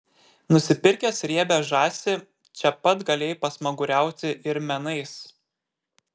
nusipirkęs riebią žąsį čia pat galėjai pasmaguriauti ir menais